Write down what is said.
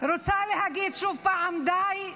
רוצה להגיד שוב פעם די.